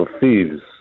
thieves